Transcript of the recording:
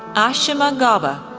ashima gauba,